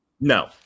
No